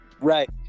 Right